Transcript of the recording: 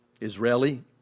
Israeli